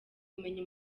bumenyi